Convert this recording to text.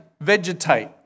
vegetate